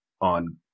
on